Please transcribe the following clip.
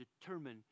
determine